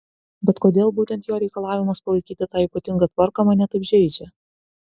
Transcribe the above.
bet kodėl būtent jo reikalavimas palaikyti tą ypatingą tvarką mane taip žeidžia